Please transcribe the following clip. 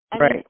Right